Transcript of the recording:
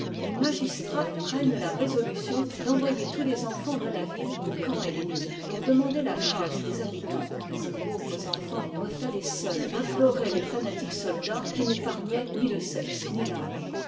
les magistrats prennent la résolution d'envoyer tous les enfants de la ville au camp ennemi pour demander la grâce des habitants ces pauvres enfants doivent aller seuls imptorer les fanatiques soldats qui n'épargnaient ni le sexe ni l'âge